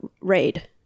raid